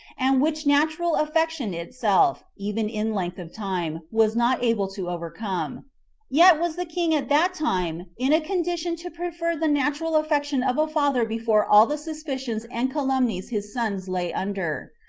and which natural affection itself, even in length of time, was not able to overcome yet was the king at that time in a condition to prefer the natural affection of a father before all the suspicions and calumnies his sons lay under.